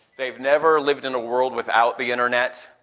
they've never lived in a world without the internet,